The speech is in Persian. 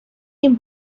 این